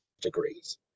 degrees